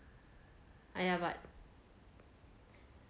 !aiya! but